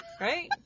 Right